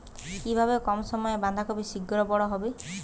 কিভাবে কম সময়ে বাঁধাকপি শিঘ্র বড় হবে?